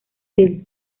del